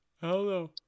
Hello